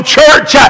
Church